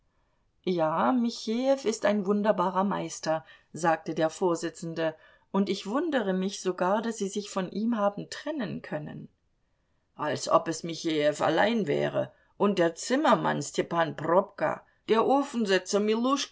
ja michejew ist ein wunderbarer meister sagte der vorsitzende und ich wundere mich sogar daß sie sich von ihm haben trennen können als ob es michejew allein wäre und der zimmermann stepan probka der